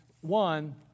one